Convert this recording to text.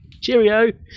Cheerio